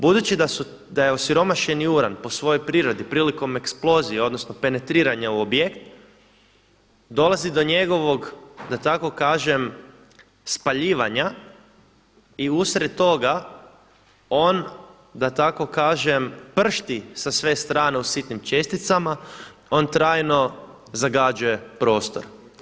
Budući da je osiromašeni uran po svojoj prirodi prilikom eksplozije odnosno penetriranja u objekt dolazi do njegovog, da tako kažem, spaljivanja i usred toga on pršti na sve strane u sitnim česticama, on trajno zagađuje prostor.